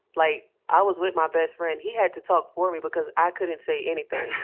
like i was with my best friend. he had to talk for me because i couldn't say anything.